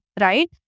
right